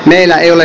meillä ei ole